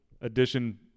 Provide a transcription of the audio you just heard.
edition